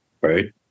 right